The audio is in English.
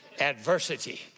adversity